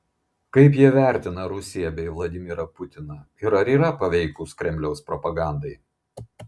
kaip jie vertina rusiją bei vladimirą putiną ir ar yra paveikūs kremliaus propagandai